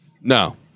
No